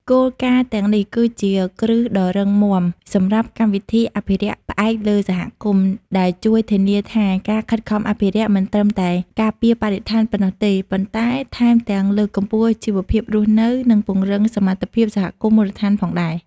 គោលការណ៍ទាំងនេះគឺជាគ្រឹះដ៏រឹងមាំសម្រាប់កម្មវិធីអភិរក្សផ្អែកលើសហគមន៍ ដែលជួយធានាថាការខិតខំអភិរក្សមិនត្រឹមតែការពារបរិស្ថានប៉ុណ្ណោះទេ ប៉ុន្តែថែមទាំងលើកកម្ពស់ជីវភាពរស់នៅ និងពង្រឹងសមត្ថភាពសហគមន៍មូលដ្ឋានផងដែរ។